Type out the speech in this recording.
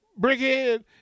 Brickhead